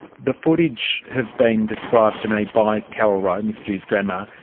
the footage has been described to me by carol roe, ms dhu's grandma,